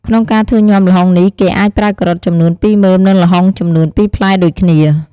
ក្នុងការធ្វើញំាល្ហុងនេះ គេអាចប្រើការ៉ុតចំនួនពីរមើម និងល្ហុងចំនួនពីរផ្លែដូចគ្នា។